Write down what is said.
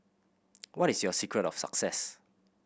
what is your secret of success